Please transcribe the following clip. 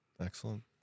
Excellent